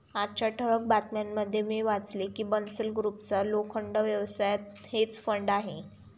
आजच्या ठळक बातम्यांमध्ये मी वाचले की बन्सल ग्रुपचा लोखंड व्यवसायात हेज फंड आहे